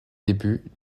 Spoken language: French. début